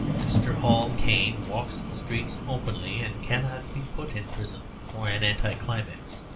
mr. hall caine walks the streets openly, and cannot be put in prison for an anticlimax.